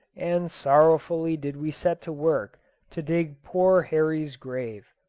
and sorrowfully did we set to work to dig poor horry's grave.